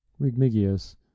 Rigmigius